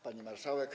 Pani Marszałek!